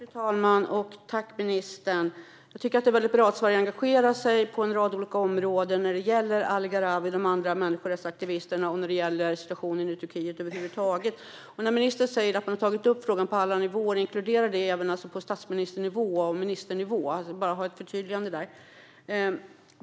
Fru talman! Jag tycker att det är bra att Sverige engagerar sig på en rad olika områden när det gäller Ali Gharavi och de andra människorättsaktivisterna samt när det gäller situationen i Turkiet över huvud taget. Ministern säger att man har tagit upp frågan på alla nivåer - inkluderar detta ministernivå och statsministernivå? Jag skulle vilja ha ett förtydligande på den punkten.